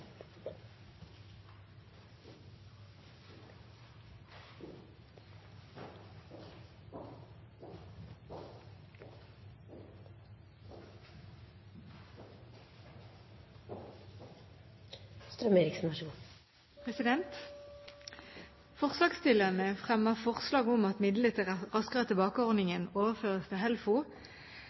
Forslagsstillerne fremmer forslag om at midlene til Raskere tilbake-ordningen overføres til HELFO,